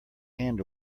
hand